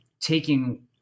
taking